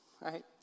right